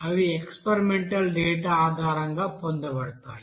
అవి experimental data ఆధారంగా పొందబడతాయి